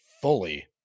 fully